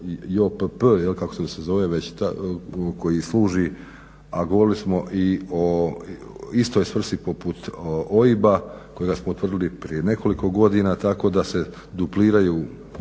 zove, koji služi a govorili smo i o istoj svrsi poput OIB-a kojeg smo utvrdili prije nekoliko godina tako da se dupliraju